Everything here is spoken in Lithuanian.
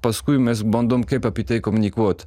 paskui mes bandom kaip apie tai komunikuot